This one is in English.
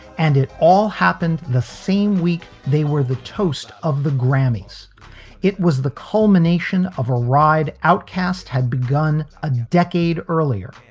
and it all happened the same week. they were the toast of the grammys it was the culmination of a ride outcaste had begun a decade earlier.